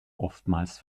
oftmals